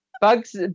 Bugs